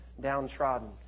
downtrodden